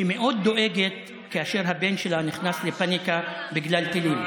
שמאוד דואגת כאשר הבן שלה נכנס לפניקה בגלל טילים.